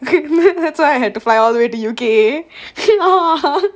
that's why I had to fly all the way to U_K